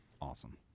Awesome